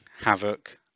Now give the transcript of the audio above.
havoc